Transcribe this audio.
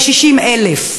כ-60,000.